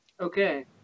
Okay